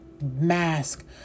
mask